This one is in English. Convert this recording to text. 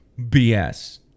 bs